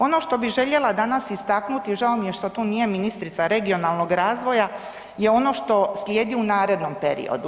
Ono što bi željela danas istaknuti, žao mi je što tu nije ministrica regionalnog razvoja je ono što slijedi u narednom periodu.